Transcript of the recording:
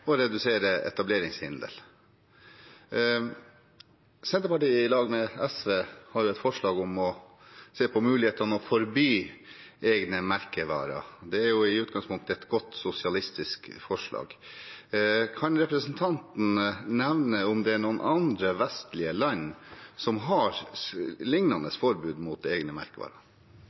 og redusere etableringshindre. Senterpartiet har sammen med SV et forslag om å se på mulighetene for å forby egne merkevarer. Det er jo i utgangspunktet et godt sosialistisk forslag. Kan representanten nevne noen andre vestlige land som har lignende forbud mot egne merkevarer?